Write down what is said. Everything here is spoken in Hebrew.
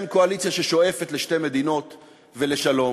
ואין קואליציה ששואפת לשתי מדינות ולשלום,